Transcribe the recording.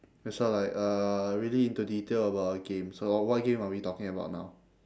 so like uh really into detail about a game so what game are we talking about now